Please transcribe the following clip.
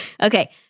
Okay